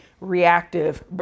reactive